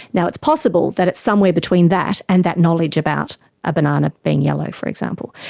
now it's possible that it's somewhere between that and that knowledge about a banana being yellow, for example.